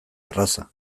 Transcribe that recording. erraza